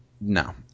no